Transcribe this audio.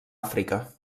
àfrica